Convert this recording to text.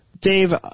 Dave